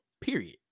Period